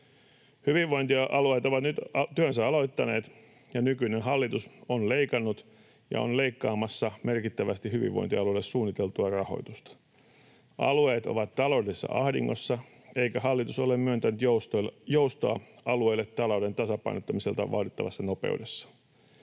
Hyvinvointialueet ovat nyt työnsä aloittaneet, ja nykyinen hallitus on leikannut ja on leikkaamassa merkittävästi hyvinvointialueille suunniteltua rahoitusta. Alueet ovat taloudellisessa ahdingossa, eikä hallitus ole myöntänyt joustoa alueille talouden tasapainottamiselta vaadittavassa nopeudessa.